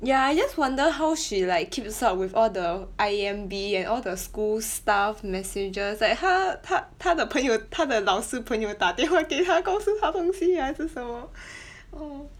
ya I just wonder how she like keeps up with all the I_M_B and all the school staff messages like 她她她的朋友她的老师朋友打电话给她告诉她东西还是什么 oh